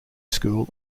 school